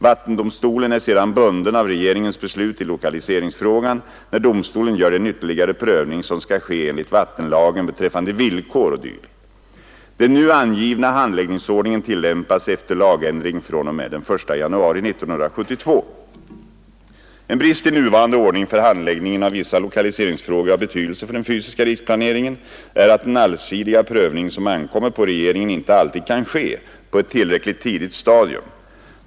Vattendomstolen är sedan bunden av regeringens beslut i lokaliseringsfrågan, när domstolen gör den ytterligare prövning som skall ske enligt vattenlagen beträffande villkor o. d. Den nu angivna handläggningsordningen tillämpas, efter lagändring, fr.o.m. den 1 januari 1972. En brist i nuvarande ordning för handläggningen av vissa lokaliseringsfrågor av betydelse för den fysiska riksplaneringen är att den allsidiga prövning som ankommer på regeringen inte alltid kan ske på ett tillräckligt tidigt stadium.